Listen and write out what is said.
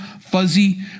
fuzzy